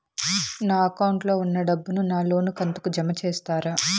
నా అకౌంట్ లో ఉన్న డబ్బును నా లోను కంతు కు జామ చేస్తారా?